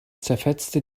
zerfetzte